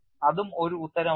അതും ഒരു ഉത്തരം ആണ്